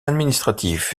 administratif